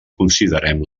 considerem